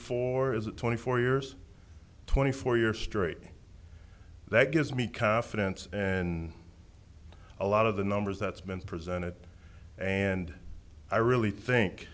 four is it twenty four years twenty four year story that gives me confidence and a lot of the numbers that's been presented and i really think